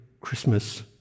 Christmas